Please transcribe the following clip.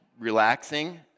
relaxing